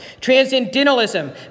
Transcendentalism